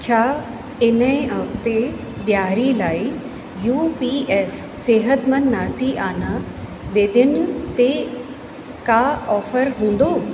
छा इन हफ़्ते ॾियारीअ लाइ यू पी एफ सिहतमंद नासी आना बेदनि ते का ऑफर हूंदा